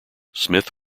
smith